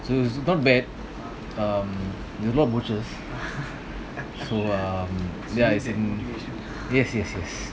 so it's not bad um there's a lot of bushes so um there ya it's in yes yes yes